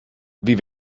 wie